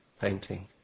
painting